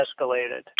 escalated